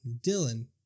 Dylan